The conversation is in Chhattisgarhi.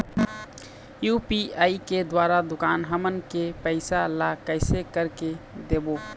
यू.पी.आई के द्वारा दुकान हमन के पैसा ला कैसे कर के देबो?